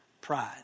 pride